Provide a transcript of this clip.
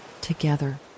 together